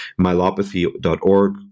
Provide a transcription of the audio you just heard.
myelopathy.org